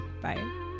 Bye